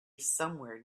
somewhere